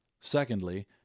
Secondly